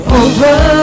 over